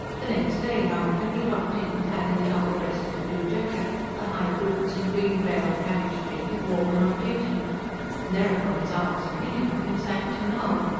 the next day, however, he dropped in clad in the double-breasted blue jacket, the high boots and green-veiled cabbage-tree he wore when on duty and thereupon zara's opinion of him sank to null,